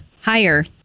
Higher